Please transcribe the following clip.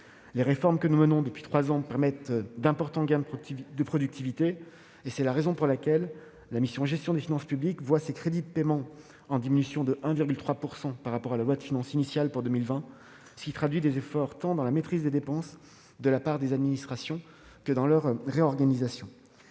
Les réformes que nous menons depuis trois ans permettent d'importants gains de productivité, et c'est la raison pour laquelle la mission « Gestion des finances publiques » voit ses crédits de paiement diminuer de 1,3 % par rapport à la loi de finances initiale pour 2020, ce qui traduit les efforts de maîtrise des dépenses et de réorganisation des administrations.